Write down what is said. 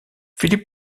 philippe